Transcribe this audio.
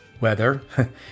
weather